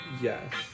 yes